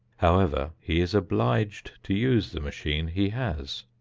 however, he is obliged to use the machine he has.